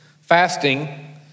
fasting